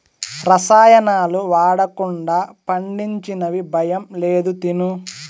రసాయనాలు వాడకుండా పండించినవి భయం లేదు తిను